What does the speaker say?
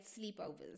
sleepovers